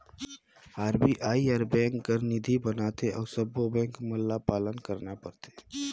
RBI हर bank बर नीति बनाथे अउ सब्बों बेंक मन ल पालन करना परथे